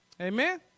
Amen